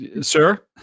sir